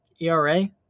ERA